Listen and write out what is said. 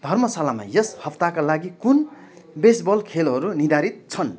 धर्मशालामा यस हप्ताका लागि कुन बेसबल खेलहरू निर्धारित छन्